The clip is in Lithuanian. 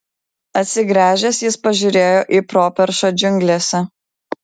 atsigręžęs jis pažiūrėjo į properšą džiunglėse